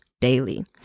daily